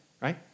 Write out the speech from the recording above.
right